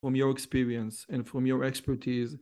מבחינתכם ומבחינתכם.